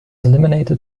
eliminated